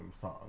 song